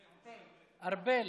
ארבל.